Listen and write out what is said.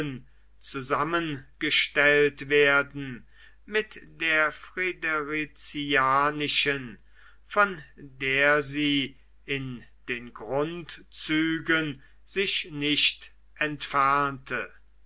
zusammengestellt werden mit der friderizianischen von der sie in den grundzügen sich nicht entfernte